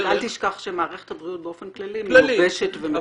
--- אל תשכח שמערכת הבריאות באופן כללי מיובשת ומקוצצת ומורעבת.